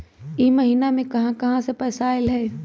इह महिनमा मे कहा कहा से पैसा आईल ह?